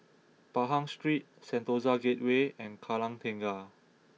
Pahang Street Sentosa Gateway and Kallang Tengah